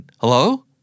Hello